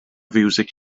fiwsig